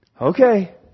Okay